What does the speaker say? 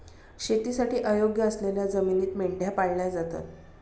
शेतीसाठी अयोग्य असलेल्या जमिनीत मेंढ्या पाळल्या जातात